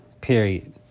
Period